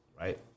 right